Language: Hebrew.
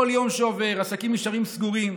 כל יום שעובר ועסקים נשארים סגורים,